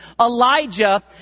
Elijah